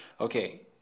okay